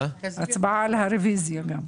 גם ההצבעה על הרביזיה.